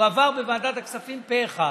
הוא עבר בוועדת הכספים פה אחד,